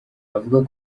avuga